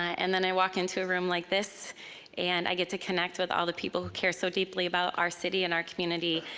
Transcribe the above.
and then, i walk into a room like this and i get to connect with all the people who care so deeply about our city and our community,